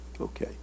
okay